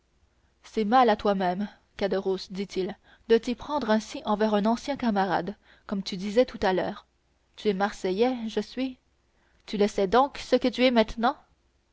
c'est mal à toi-même caderousse dit-il de t'y prendre ainsi envers un ancien camarade comme tu disais tout à l'heure tu es marseillais je suis tu le sais donc ce que tu es maintenant